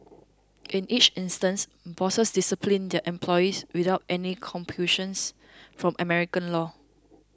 in each instance bosses disciplined their employees without any compulsions from American law